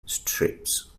strips